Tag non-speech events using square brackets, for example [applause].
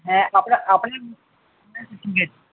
হ্যাঁ আপনার আপনার [unintelligible] ঠিক আছে